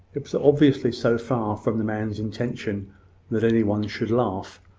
it was obviously so far from the man's intention that any one should laugh,